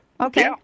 Okay